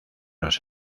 los